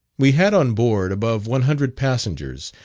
we had on board above one hundred passengers,